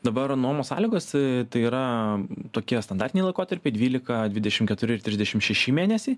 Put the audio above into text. dabar nuomos sąlygos tai yra tokie standartiniai laikotarpiai dvylika dvidešim keturi ir trisdešim šeši mėnesiai